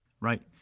Right